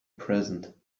present